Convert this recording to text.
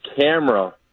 camera